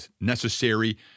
necessary